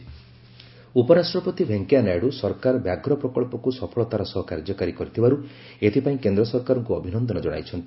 VP tiger project ଉପରାଷ୍ଟ୍ରପତି ଭେଙ୍କିୟାନାଇଡୁ ସରକାର ବ୍ୟାଘ୍ର ପ୍ରକଳ୍ପକୁ ସଫଳତାର ସହ କାର୍ଯ୍ୟକାରୀ କରିଥିବାରୁ ଏଥିପାଇଁ କେନ୍ଦ୍ରସରକାରଙ୍କୁ ଅଭିନନ୍ଦନ ଜଣାଇଛନ୍ତି